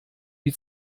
wie